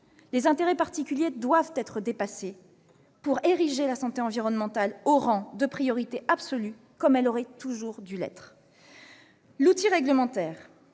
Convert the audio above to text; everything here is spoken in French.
les intérêts particuliers doivent être dépassés pour ériger la santé environnementale au rang de priorité absolue, comme cela aurait toujours dû être le cas. L'outil réglementaire